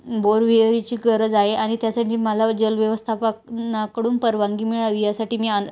बोरविहिरीची गरज आहे आणि त्यासाठी मला व जलव्यवस्थापनाकडून परवानगी मिळावी यासाठी मी आन